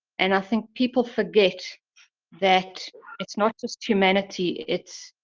and i think people forget that it's not just humanity, it's